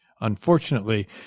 unfortunately